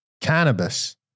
Cannabis